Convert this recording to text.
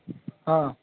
હા